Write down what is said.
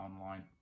online